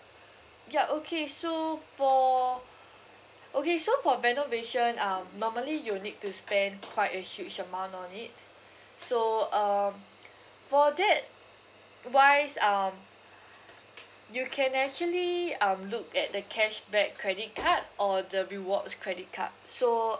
ya okay so for okay so for renovation um normally you'll need to spend quite a huge amount on it so um for that wise um you can actually um look at the cashback credit card or the rewards credit card so